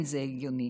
זה לא הגיוני.